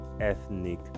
ethnic